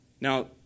Now